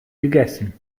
gegessen